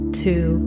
two